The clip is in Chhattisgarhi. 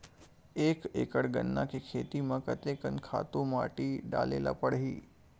एक एकड़ गन्ना के खेती म कते कन खातु माटी डाले ल पड़ही?